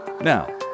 Now